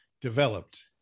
developed